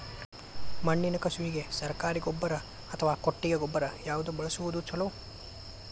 ಮಣ್ಣಿನ ಕಸುವಿಗೆ ಸರಕಾರಿ ಗೊಬ್ಬರ ಅಥವಾ ಕೊಟ್ಟಿಗೆ ಗೊಬ್ಬರ ಯಾವ್ದು ಬಳಸುವುದು ಛಲೋ?